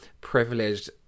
privileged